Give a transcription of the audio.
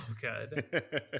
good